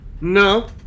No